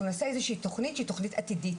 אנחנו נעשה איזה שהיא תוכנית שהיא תוכנית עתידית.